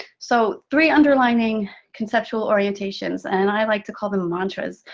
so three underlying conceptual orientations. and i like to call them mantras,